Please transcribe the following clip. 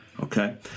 Okay